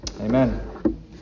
Amen